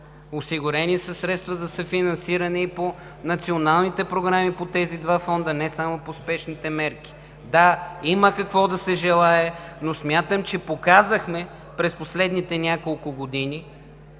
Осигурени са средства за съфинансиране и по националните програми по тези два фонда не само по спешните мерки. Да, има какво да се желае, но смятам, че показахме през последните няколко години,